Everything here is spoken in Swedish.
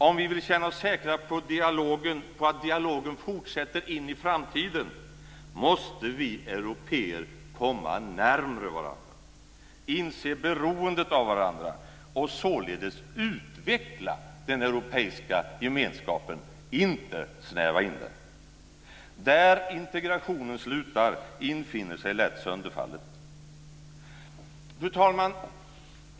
Om vi vill känna oss säkra på att dialogen fortsätter in i framtiden, måste vi européer komma närmre varandra, inse beroendet av varandra och således utveckla den europeiska gemenskapen, inte snäva in den. Där integrationen slutar infinner sig lätt sönderfallet. Fru talman!